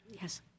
Yes